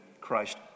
Christ